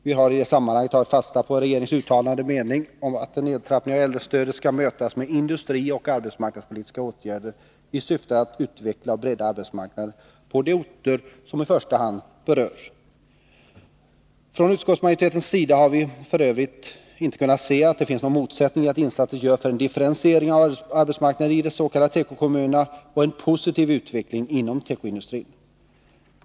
Vi har i det sammanhanget tagit fasta på regeringens uttalade mening att en nedtrappning av äldrestödet skall mötas med industrioch arbetsmarknadspolitiska åtgärder i syfte att utveckla och bredda arbetsmarknaden på de orter som i första hand berörs. Från utskottsmajoritetens sida har vi f. ö. inte kunnat se någon motsättning i att insatser görs för en differentiering av arbetsmarknaden i de s.k. tekokommunerna och en positiv utveckling inom tekoindustrin.